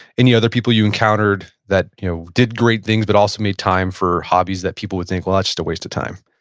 any other people you encountered that you know did great things, but also made time for hobbies that people would think, well, that's just a waste of time?